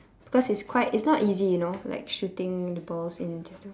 because it's quite it's not easy you know like shooting the balls in just to